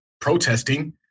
protesting